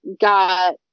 got